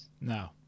No